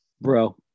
bro